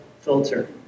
filter